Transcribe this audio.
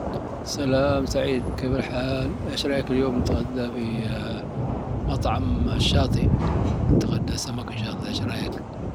سلام سعيد! كيف الحال؟ ايش رايك اليوم نتغدى في مطعم الشاطئ؟ نتغدى سمك إن شاء الله.